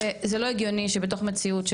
זה לא הגיוני שבתוך מציאות,